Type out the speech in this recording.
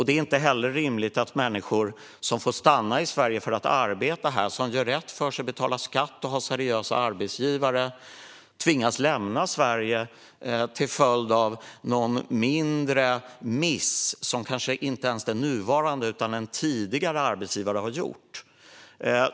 Det är inte heller rimligt att människor som får stanna i Sverige för att arbeta här - människor som gör rätt för sig, betalar skatt och har seriösa arbetsgivare - tvingas lämna Sverige till följd av någon mindre miss som kanske inte ens den nuvarande utan en tidigare arbetsgivare har gjort.